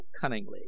cunningly